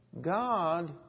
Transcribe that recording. God